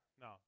No